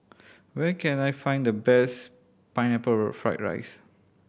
where can I find the best Pineapple Fried rice